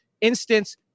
instance